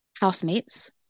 housemates